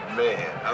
man